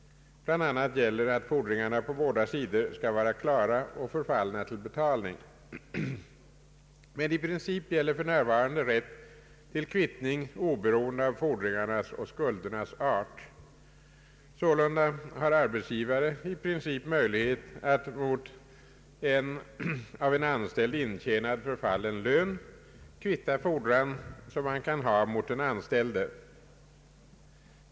Bland annat gäller att fordringarna på båda sidor skall vara klara och förfallna till betalning. Men i princip gäller för närvarande rätt till kvittning oberoende av fordringarnas och skuldernas art. Sålunda har arbetsgivare i princip möjlighet att mot en av en anställd intjänad, förfallen lön kvitta fordran som han kan ha mot den anställde.